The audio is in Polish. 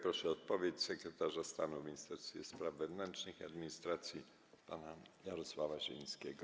Proszę o odpowiedź sekretarza stanu w Ministerstwie Spraw Wewnętrznych i Administracji pana Jarosława Zielińskiego.